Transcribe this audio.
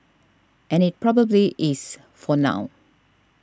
and it probably is for now